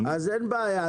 אם כן, אין בעיה.